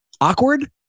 awkward